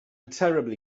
terribly